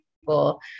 people